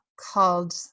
called